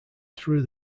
through